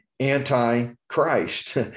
anti-Christ